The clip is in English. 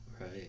Right